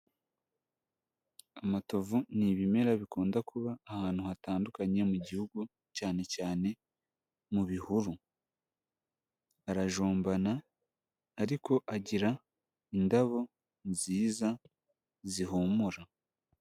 Amatovu ni ibimera bikunda kuba ahantu hatandukanye mu gihugu, cyane cyane mu bihuru, arajombana ariko agira indabo nziza zihumura.